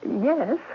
Yes